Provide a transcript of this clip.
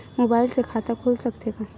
Mobile से खाता खुल सकथे का?